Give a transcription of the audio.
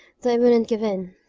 though i wouldn't give in.